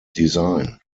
design